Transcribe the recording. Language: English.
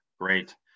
great